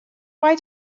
why